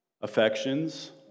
affections